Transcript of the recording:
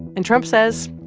and trump says,